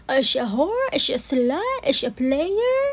is she a hoe is she a slut is she a player